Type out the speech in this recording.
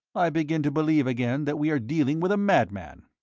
i begin to believe again that we are dealing with a madman.